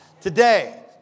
today